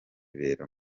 bera